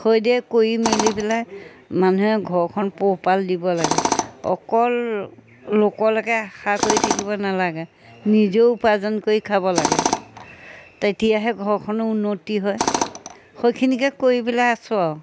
সেইদৰে কৰি মেলি পেলাই মানুহে ঘৰখন পোহপাল দিব লাগে অকল লোকলৈকে আশা কৰি থাকিব নালাগে নিজেও উপাৰ্জন কৰি খাব লাগে তেতিয়াহে ঘৰখনো উন্নতি হয় সেইখিনিকে কৰি পেলাই আছোঁ আৰু